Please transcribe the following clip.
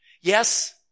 Yes